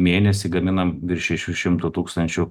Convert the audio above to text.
mėnesį gaminam virš šešių šimtų tūkstančių